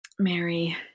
Mary